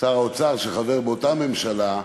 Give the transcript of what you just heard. ששר האוצר, שחבר באותה ממשלה,